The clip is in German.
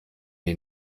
die